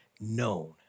known